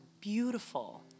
beautiful